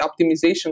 optimization